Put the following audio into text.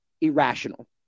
irrational